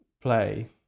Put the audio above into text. play